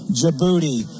Djibouti